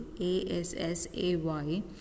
A-S-S-A-Y